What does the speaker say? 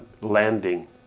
landing